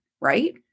right